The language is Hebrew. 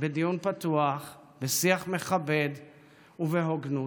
בדיון פתוח, בשיח מכבד ובהוגנות.